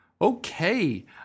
okay